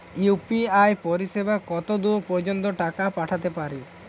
UPI পরিসেবা কতদূর পর্জন্ত টাকা পাঠাতে পারি?